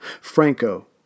Franco